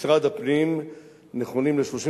משתדלים לעמוד, משרד הבריאות רוצה להגיע ל-120%,